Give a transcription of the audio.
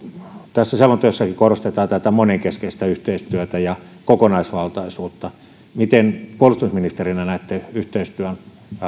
tässä selonteossakin korostetaan tätä monenkeskistä yhteistyötä ja kokonaisvaltaisuutta miten puolustusministerinä näette yhteistyön